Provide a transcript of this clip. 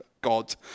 God